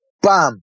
BAM